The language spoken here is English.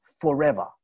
forever